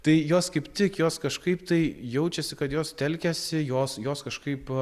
tai jos kaip tik jos kažkaip tai jaučiasi kad jos telkiasi jos jos kažkaip